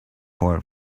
for